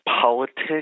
politics